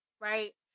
right